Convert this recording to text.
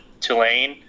Tulane